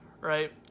right